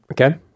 Okay